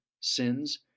sins